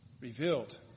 revealed